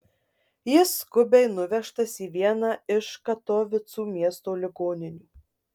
jis skubiai nuvežtas į vieną iš katovicų miesto ligoninių